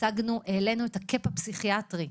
העלינו את הקאפ הפסיכיאטרי,